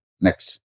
Next